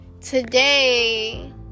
today